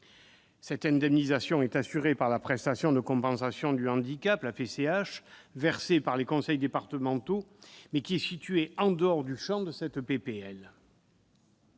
L'indemnisation est assurée par la prestation de compensation du handicap, la PCH, versée par les conseils départementaux, un dispositif situé hors du champ de la